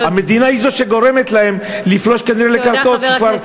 המדינה היא שגורמת להם לפלוש כנראה לקרקעות תודה,